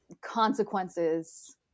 consequences